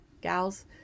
gals